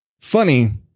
funny